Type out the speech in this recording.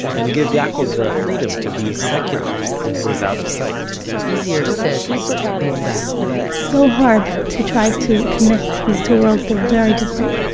and give yaakov the freedom to be secular when he was out of sight easier said than done it's so hard to try to connect these two worlds, they're very different.